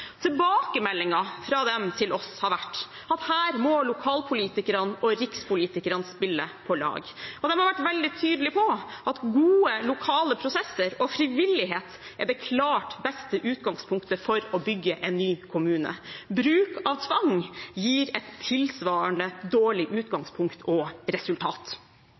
Tilbakemeldingen fra dem til oss har vært at her må lokalpolitikerne og rikspolitikerne spille på lag. De har vært veldig tydelige på at gode lokale prosesser og frivillighet er det klart beste utgangspunktet for å bygge en ny kommune. Bruk av tvang gir et tilsvarende dårlig utgangspunkt og resultat.